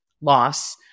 loss